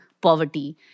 poverty